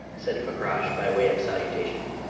said fakrash, by way of salutation,